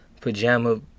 pajama